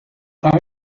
are